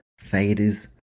Faders